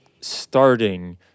starting